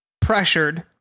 pressured